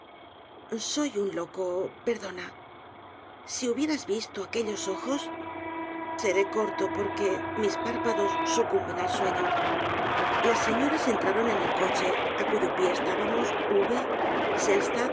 soy un loco perdona sí hubieras visto aquellos ojos seré corto porque mis párpados sucumben al sueño las señoras entraron en el coche á cuyo pie estábamos